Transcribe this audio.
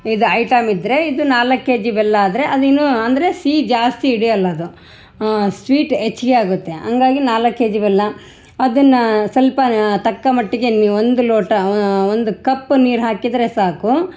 ಇದು ಐಟಂ ಇದ್ರೆ ಇದು ನಾಲ್ಕು ಕೆಜಿ ಬೆಲ್ಲ ಆದರೆ ಅದು ಇನ್ನು ಅಂದರೆ ಸಿಹಿ ಜಾಸ್ತಿ ಹಿಡಿಯೋಲ್ಲ ಅದು ಸ್ವೀಟ್ ಹೆಚ್ಗೆ ಆಗುತ್ತೆ ಹಂಗಾಗಿ ನಾಲ್ಕು ಕೆಜಿ ಬೆಲ್ಲ ಅದನ್ನು ಸ್ವಲ್ಪ ತಕ್ಕ ಮಟ್ಟಿಗೆ ನೀವು ಒಂದು ಲೋಟ ಒಂದು ಕಪ್ ನೀರು ಹಾಕಿದರೆ ಸಾಕು